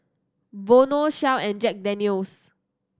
Vono Shell and Jack Daniel's